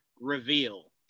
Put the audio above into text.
reveal